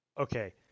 okay